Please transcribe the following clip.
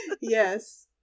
Yes